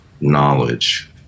knowledge